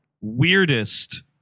weirdest